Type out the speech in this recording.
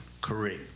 Correct